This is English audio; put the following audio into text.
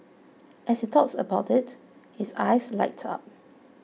as he talks about it his eyes light up